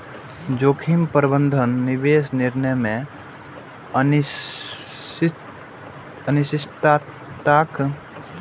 जोखिम प्रबंधन निवेश निर्णय मे अनिश्चितताक पहिचान, विश्लेषण आ शमनक प्रक्रिया छियै